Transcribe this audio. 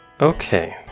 Okay